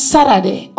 Saturday